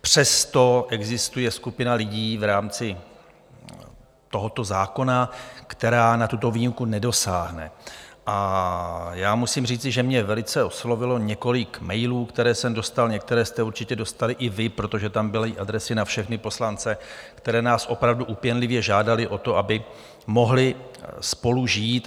Přesto existuje skupina lidí v rámci tohoto zákona, která na tuto výjimku nedosáhne, a já musím říci, že mě velice oslovilo několik mailů, které jsem dostal některé jste určitě dostali i vy, protože tam byly adresy na všechny poslance které nás opravdu úpěnlivě žádaly o to, aby mohli spolu žít.